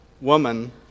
woman